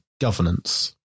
governance